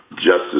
Justice